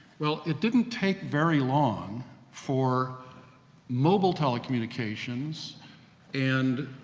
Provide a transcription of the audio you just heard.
well, it didn't take very long for mobile telecommunications and,